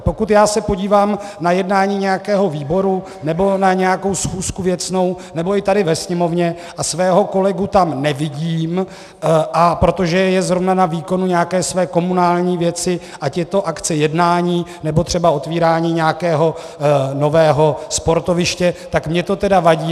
Pokud já se podívám na jednání nějakého výboru nebo na nějakou věcnou schůzku nebo i tady ve Sněmovně a svého kolegu tam nevidím, a protože je zrovna na výkonu nějaké své komunální věci, ať je to akce, jednání, nebo třeba otevírání nějakého nového sportoviště, tak mně to tedy vadí.